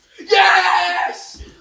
Yes